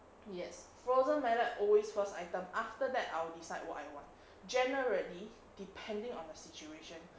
yes frozen mallet always first item after that I will decide what I want generally depending on the situation